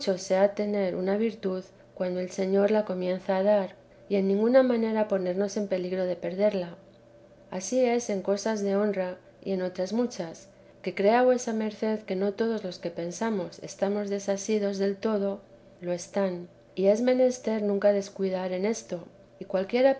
tener una virtud cuando el señor la comienza a dar y en ninguna manera ponernos en peligro de perderla ansí es en cosas de honra y en otras muchas que crea vuesa merced que no todos los que pensamos estamos desasidos del todo lo están y es menester nunca descuidar en esto y cualquiera